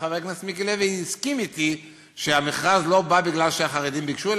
וחבר הכנסת מיקי לוי הסכים אתי שהמכרז לא בא מפני שהחרדים ביקשו,